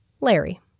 Larry